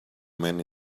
men